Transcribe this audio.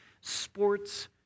sports